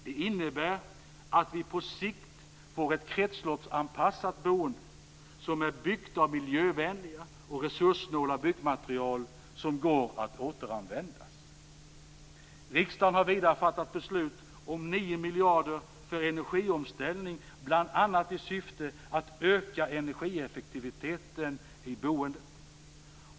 Det innebär att vi på sikt får ett kretsloppsanpassat boende som är byggt av miljövänliga och resurssnåla byggmaterial som går att återanvända. Riksdagen har vidare fattat beslut om 9 miljarder för energiomställning, bl.a. i syfte att öka energieffektiviteten i boendet.